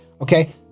Okay